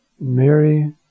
Mary